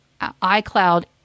iCloud